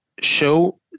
show